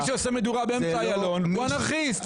מי שעושה מדורה באמצע איילון, הוא אנרכיסט.